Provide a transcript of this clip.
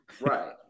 Right